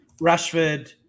Rashford